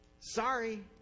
Sorry